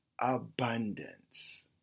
abundance